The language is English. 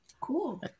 cool